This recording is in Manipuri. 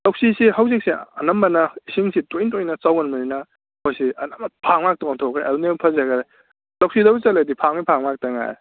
ꯂꯧꯁꯤꯁꯤ ꯍꯧꯖꯤꯛꯁꯤ ꯑꯅꯝꯕꯅ ꯏꯁꯤꯡꯁꯤ ꯇꯣꯏ ꯇꯣꯏꯅ ꯆꯥꯎꯒꯟꯕꯅꯤꯅ ꯍꯧꯖꯤꯛꯁꯤ ꯑꯅꯝꯕ ꯐꯥꯝ ꯉꯥꯛꯇ ꯑꯣꯟꯊꯣꯛꯈ꯭ꯔꯦ ꯑꯗꯨꯅ ꯍꯦꯟꯅ ꯐꯖꯈ꯭ꯔꯦ ꯂꯧꯁꯤ ꯂꯣꯝꯗ ꯆꯠꯂꯗꯤ ꯐꯥꯝꯒꯤ ꯐꯥꯝ ꯉꯥꯛꯇ ꯉꯥꯏꯔꯦ